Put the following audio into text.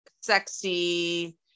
sexy